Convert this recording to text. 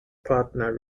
partner